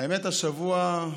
האמת, השבוע,